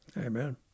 Amen